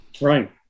Right